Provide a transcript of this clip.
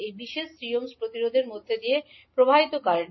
এই বিশেষ 3 ওহম প্রতিরোধের মধ্য দিয়ে প্রবাহিত কারেন্ট